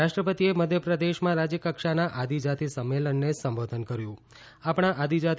રાષ્ટ્રપતિએ મધ્યપ્રદેશમાં રાજ્ય કક્ષાના આદિજાતિ સંમેલનને સંબોધન કર્યું આપણા આદિજાતિ